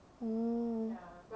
mm